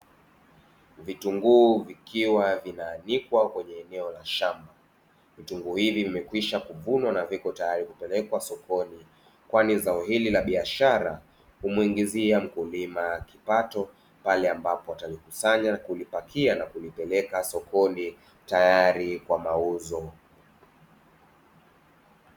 Vitunguu vikiwa vinaanikwa kwenye eneo la shamba. Vitunguu hivi vimekwisha kuvunwa na viko tayari kupelekwa sokoni kwani zao hili la biashara humuingizia mkulima kipato pale ambapo atalikusanya na kulipakia na kulipeleka sokoni tayari kwa mauzo.